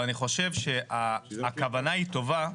ואני חוש שהכוונה היא טובה,